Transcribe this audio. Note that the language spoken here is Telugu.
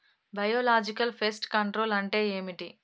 బయోలాజికల్ ఫెస్ట్ కంట్రోల్ అంటే ఏమిటి?